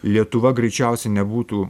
lietuva greičiausiai nebūtų